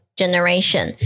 generation